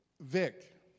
Vic